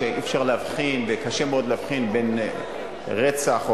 שאי-אפשר להבחין וקשה מאוד להבחין בין רצח או